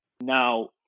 Now